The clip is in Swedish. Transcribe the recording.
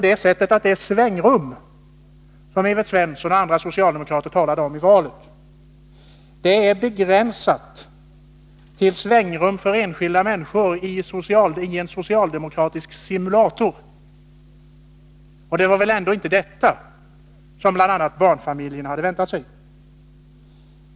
Det svängrum som Evert Svensson och andra socialdemokrater talade om i valrörelsen har begränsats till svängrum för enskilda människor i en socialdemokratisk simulator. Det var väl ändå inte detta som bl.a. barnfamiljerna hade väntat sig.